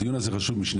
הדיון הזה חשוב משתי